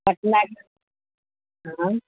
पटना हाँ